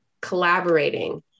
collaborating